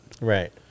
right